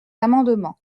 amendement